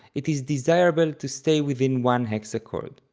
it is desirable to stay within one hexachord.